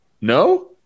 No